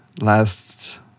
last